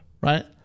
right